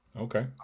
Okay